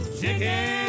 Chicken